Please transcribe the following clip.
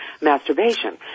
masturbation